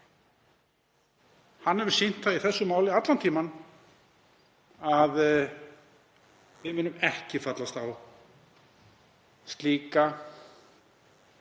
Við höfum sýnt það í þessu máli allan tímann að við munum ekki fallast á slíkan